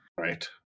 Right